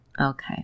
Okay